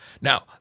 Now